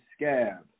scab